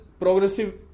progressive